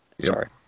sorry